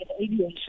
aviation